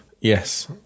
Yes